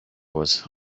was